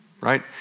Right